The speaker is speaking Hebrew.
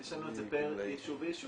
יש לנו את זה פר יישוב ויישוב.